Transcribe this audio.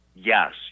Yes